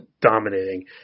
dominating